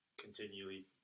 continually